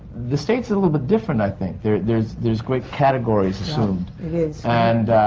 the states are a little bit different, i think. there. there's. there's great categories assumed and.